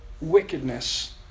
wickedness